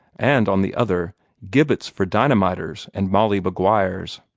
and on the other gibbets for dynamiters and molly maguires,